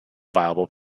viable